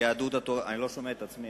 יהדות התורה, האמת היא שאני לא שומע את עצמי.